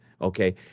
Okay